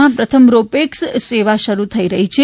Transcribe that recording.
દેશમાં પ્રથમ ro pax સેવા શરૂ થઈ રહી છે